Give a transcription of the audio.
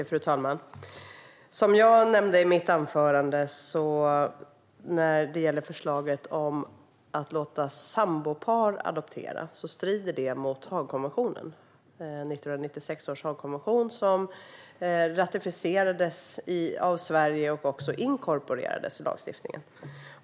Fru talman! Som jag nämnde i mitt anförande strider förslaget att låta sambopar adoptera mot 1996 års Haagkonvention. Den ratificerades av Sverige och inkorporerades i lagstiftningen.